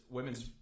women's